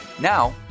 Now